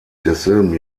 desselben